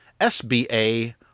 SBA